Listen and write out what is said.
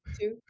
Two